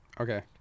Okay